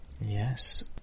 Yes